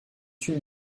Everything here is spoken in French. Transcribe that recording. une